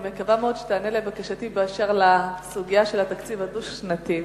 אני מקווה מאוד שתיענה לבקשתי בסוגיה של התקציב הדו-שנתי.